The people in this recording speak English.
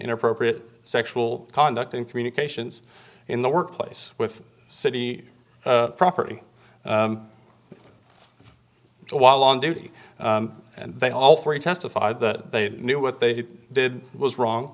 inappropriate sexual conduct and communications in the workplace with city property while on duty and they all three testified that they knew what they did was wrong